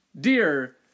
Dear